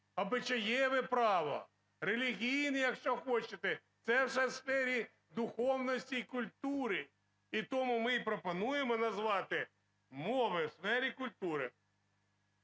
право, релігійне, якщо хочете. Це вже в стилі духовності і культури. І тому ми пропонуємо назвати "Мови у сфері культури".